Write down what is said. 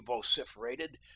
vociferated